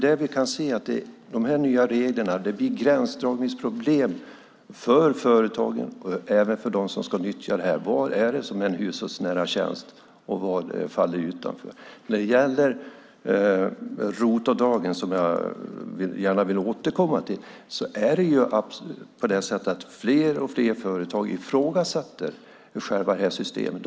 Med de nya reglerna blir det gränsdragningsproblem för företagen och även för dem som ska nyttja detta. Vad är det som är en hushållsnära tjänst, och vad är det som faller utanför? Jag vill gärna återkomma till ROT-avdragen. Allt fler företag ifrågasätter själva systemet.